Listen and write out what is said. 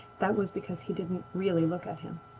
that was because he didn't really look at him.